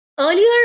Earlier